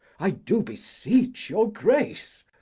i do beseech your grace